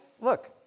look